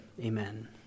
amen